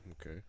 Okay